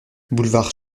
boulevard